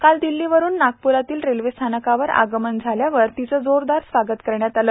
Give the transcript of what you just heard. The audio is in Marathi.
काल दिल्ली वरून नागप्रातील रेल्वे स्थानकावर आगमन झाल्यावर तिचे जोरदार स्वागत करण्यात आले